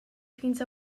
fins